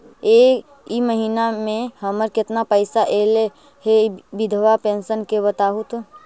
इ महिना मे हमर केतना पैसा ऐले हे बिधबा पेंसन के बताहु तो?